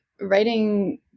writing